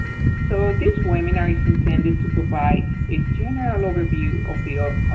so this webinar is intended to provide a general overview of the